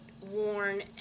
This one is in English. worn